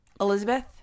Elizabeth